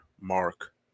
Mark